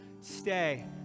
stay